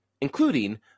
including